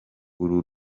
uru